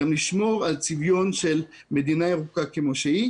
גם לשמור על צביון של מדינה ירוקה כמו שהיא.